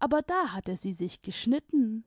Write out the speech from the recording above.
aber da hatte sie sich geschnitten